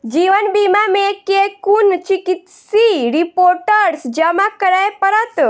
जीवन बीमा मे केँ कुन चिकित्सीय रिपोर्टस जमा करै पड़त?